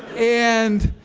and,